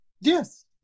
yes